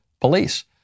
police